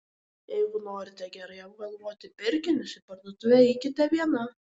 jeigu norite gerai apgalvoti pirkinius į parduotuvę eikite viena